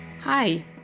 Hi